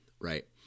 right